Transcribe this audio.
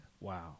Wow